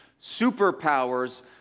superpowers